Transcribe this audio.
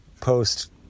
post